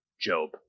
Job